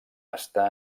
està